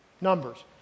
Numbers